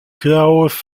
klaus